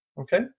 Okay